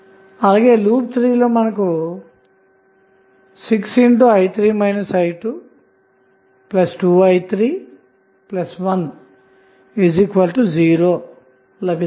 అలాగే లూప్ 3 లో మనకు 6i3 i22i310 లభిస్తుంది